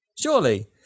surely